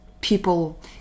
people